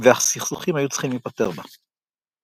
והסכסוכים היו צריכים להיפתר בה.